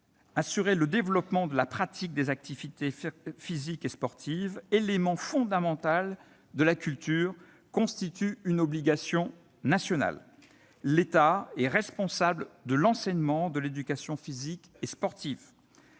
1 :« Le développement de la pratique des activités physiques et sportives, élément fondamental de la culture, constitue une obligation nationale. [...] L'État est responsable de l'enseignement de l'éducation physique et sportive